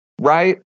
right